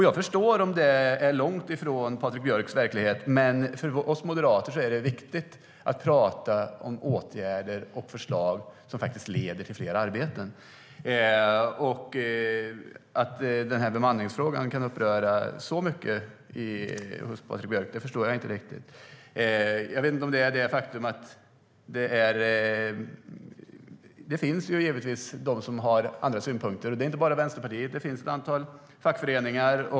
Jag förstår om det är långt ifrån Patrik Björcks verklighet, men för oss moderater är det viktigt att prata om åtgärder och förslag som faktiskt leder till fler arbeten. Att bemanningsfrågan kan uppröra Patrik Björck så mycket förstår jag inte riktigt. Det finns givetvis de som har andra synpunkter. Det är inte bara Vänsterpartiet, utan det finns ett antal fackföreningar.